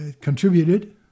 contributed